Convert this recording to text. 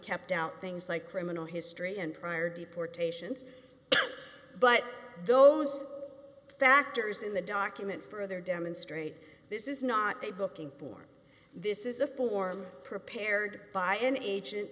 kept out things like criminal history and prior deportations but those factors in the document further demonstrate this is not a booking form this is a form prepared by an agent